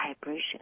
vibration